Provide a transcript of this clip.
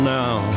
now